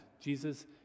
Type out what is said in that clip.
Jesus